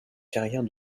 carrière